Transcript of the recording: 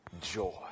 joy